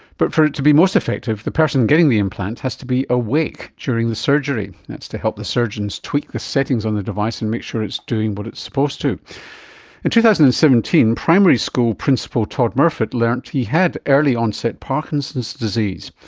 but for it to be most effective, the person getting the implant has to be awake during the surgery, that's to help the surgeons tweak the settings on the device and make sure it's doing what it's supposed to. in two thousand and seventeen, primary school principal todd murfitt learned he had early onset parkinson's disease.